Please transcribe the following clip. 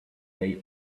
day